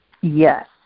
Yes